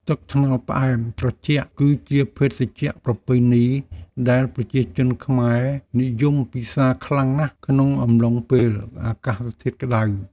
ទឹកត្នោតផ្អែមត្រជាក់ គឺជាភេសជ្ជៈប្រពៃណីដែលប្រជាជនខ្មែរនិយមពិសារខ្លាំងណាស់ក្នុងអំឡុងពេលអាកាសធាតុក្តៅ។